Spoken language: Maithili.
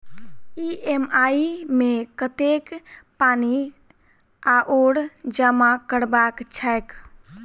ई.एम.आई मे कतेक पानि आओर जमा करबाक छैक?